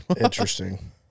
Interesting